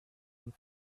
and